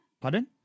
Pardon